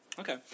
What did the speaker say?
Okay